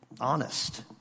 honest